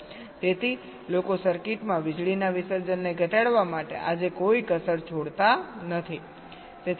તેથી લોકો સર્કિટમાં વીજળીના વિસર્જનને ઘટાડવા માટે આજે કોઈ કસર છોડતા નથી